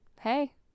Hey